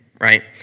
right